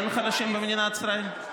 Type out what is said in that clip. אין חלשים במדינת ישראל?